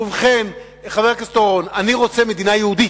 ובכן, חבר הכנסת אורון, אני רוצה מדינה יהודית.